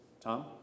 Tom